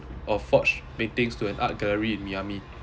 of forged paintings to an art gallery in miami